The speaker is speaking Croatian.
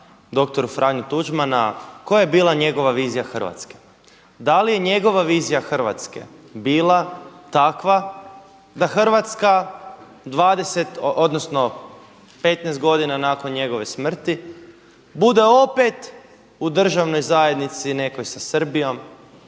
doktora Franju Tuđmana koja je bila njegova vizija Hrvatske. Da li je njegova vizija Hrvatske bila takva da Hrvatska 20 odnosno 15 godina nakon njegove smrti bude opet u državnoj zajednici nekoj sa Srbijom,